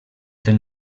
del